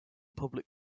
public